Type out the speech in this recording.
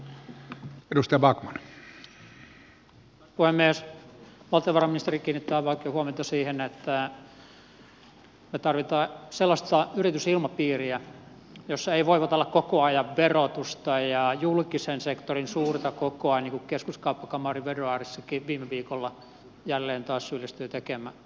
valtiovarainministeri kiinnitti aivan oikein huomiota siihen että me tarvitsemme sellaista yritysilmapiiriä jossa ei voivotella koko ajan verotusta ja julkisen sektorin suurta kokoa niin kuin keskuskauppakamarin veroadressikin viime viikolla jälleen taas syyllistyi tekemään